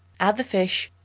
add the fish,